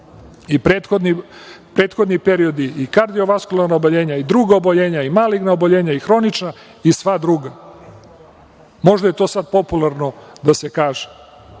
i prethodni periodi, i kardiovaskularna oboljenja, i druga oboljenja, i maligna oboljenja, i hronična oboljenja, i sva druga. Možda je to sad popularno da se kaže